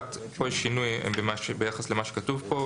פה יש שינוי ביחס למה שכתוב פה.